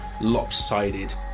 lopsided